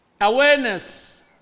awareness